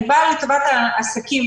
אני באה לטובת העסקים.